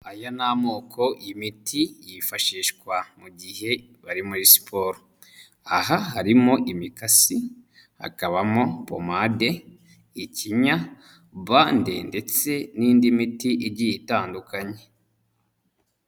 Aya ni amoko y'imiti yifashishwa mu gihe bari muri siporo. Aha harimo imikasi, hakabamo pomade, ikinya, bande ndetse n'indi miti igiye itandukanye.